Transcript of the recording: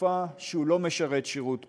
בתקופה שהוא לא משרת שירות פעיל.